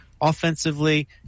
offensively